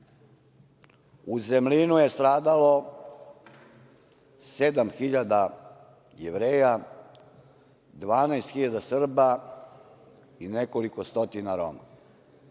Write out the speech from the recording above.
Zemlinu je stradalo 7.000 Jevreja, 12.000 Srba i nekoliko stotina Roma.